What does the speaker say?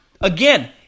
Again